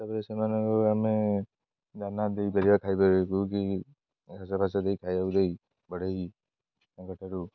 ତାପରେ ସେମାନଙ୍କୁ ଆମେ ଦାନା ଦେଇପାରିବା ଖାଇପାରକୁ କି ଘାସଫାସ ଦେଇ ଖାଇବାକୁ ଦେଇ ବଢ଼େଇ ତାଙ୍କଠାରୁ